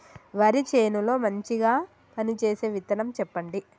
వరి చేను లో మంచిగా పనిచేసే విత్తనం చెప్పండి?